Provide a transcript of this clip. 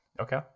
Okay